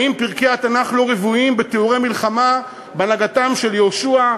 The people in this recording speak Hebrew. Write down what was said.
האם פרקי התנ"ך לא רוויים בתיאורי מלחמה בהנהגתם של יהושע,